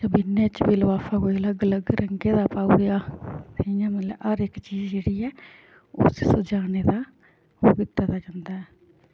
ते बिन्ने च बी लफाफा कोई अलग अलग रंगै दा पाई ओड़ेआ इ'यां मतलब हर इक चीज़ जेह्ड़ी ऐ उस सजाने दा ओह् कीता जंदा ऐ